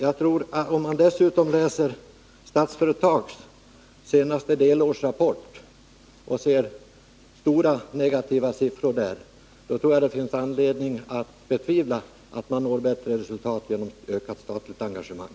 Den som dessutom läser Statsföretags senaste delårsrapport och finner de negativa sifferredovisningarna i den tror jag inser, att det finns anledning att betvivla att bättre resultat uppnås genom ökat statligt engagemang.